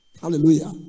Hallelujah